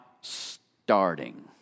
starting